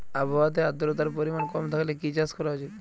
আবহাওয়াতে আদ্রতার পরিমাণ কম থাকলে কি চাষ করা উচিৎ?